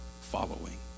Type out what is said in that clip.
following